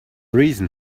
reason